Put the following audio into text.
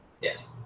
Yes